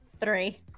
Three